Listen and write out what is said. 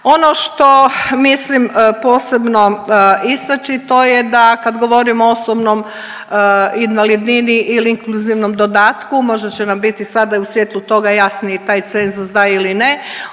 Ono što mislim posebno istači, to je da kad govorimo o osobnom invalidnini ili inkluzivnom dodatku, možda će nam biti sada i u svijetlu toga jasniji i taj cenzus, da ili ne,